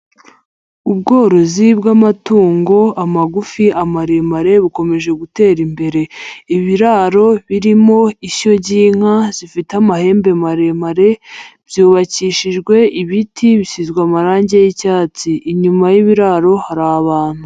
Ubworozi bw'amatungo amagufi, amaremare, bukomeje gutera imbere. Ibiraro birimo ishyo ry'inka zifite amahembe maremare, byubakishijwe ibiti bisizwe amarangi y'icyatsi. Inyuma y'ibiraro hari abantu.